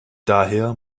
daher